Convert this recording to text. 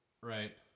right